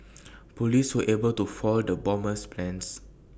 Police were able to foil the bomber's plans